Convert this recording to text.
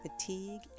fatigue